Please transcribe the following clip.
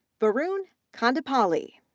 varun kondapalli,